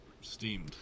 steamed